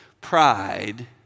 pride